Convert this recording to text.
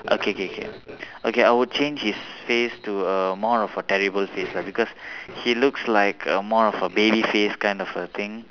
okay K K okay I would change his face to a more of a terrible face lah because he looks like a more of a baby face kind of a thing